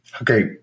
Okay